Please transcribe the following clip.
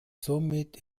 somit